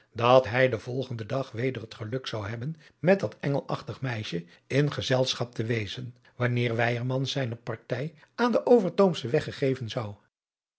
dat hij den volgenden dag weder het geluk zou hebben met dat engelachtig meisje in gezelschap te wezen wanneer weyerman zijne partij aan den overtoomschen weg geven zou